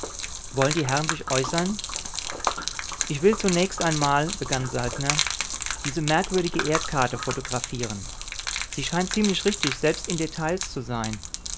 wollen die herren sich äußern ich will zunächst einmal begann saltner diese merkwürdige erdkarte photographieren sie scheint ziemlich richtig selbst in details zu sein